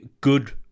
good